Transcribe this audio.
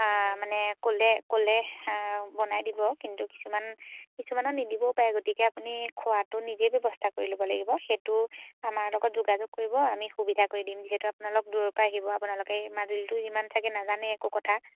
মানে ক'লে ক'লে বনাই দিব কিন্তু কিছুমান কিছুমানত নিদিবও পাৰে গতিকে আপুনি খোৱাটো নিজেই ব্যৱস্থা কৰি ল'ব লাগিব সেইটো আমাৰ লগত যোগাযোগ কৰিব আমি সুবিধা কৰি দিম যিহেতু আপোনালোক দূৰৰপৰা আহিব আপোনালোকে মাজুলীটো ইমান চাগে নাজানে একো কথা